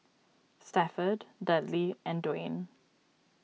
Stafford Dudley and Dwain